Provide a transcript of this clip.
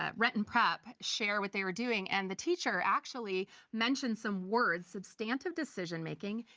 ah renton prep share what they were doing, and the teacher actually mentioned some words substantive decision-making,